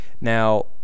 Now